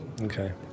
Okay